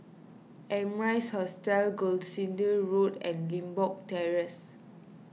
Amrise Hotel Gloucester Road and Limbok Terrace